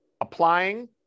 applying